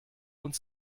und